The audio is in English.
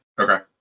okay